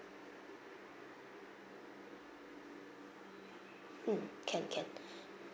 mm can can